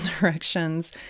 directions